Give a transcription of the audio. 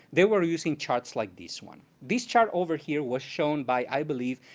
they were using charts like this one. this chart over here was shown, by i believe,